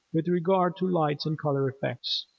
with regard to lights and color effects.